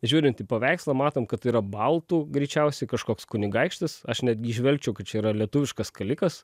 žiūrint į paveikslą matom kad tai yra baltų greičiausiai kažkoks kunigaikštis aš netgi įžvelgčiau kad čia yra lietuviškas skalikas